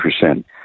percent